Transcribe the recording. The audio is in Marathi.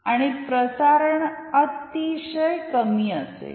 आणि प्रसारण अतिशय कमी असेल